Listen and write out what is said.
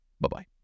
Bye-bye